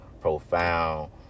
profound